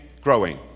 growing